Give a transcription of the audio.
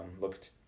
Looked